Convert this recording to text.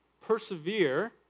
persevere